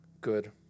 good